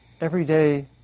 everyday